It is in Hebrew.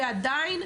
ועדיין,